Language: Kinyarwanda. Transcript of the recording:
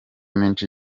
menshi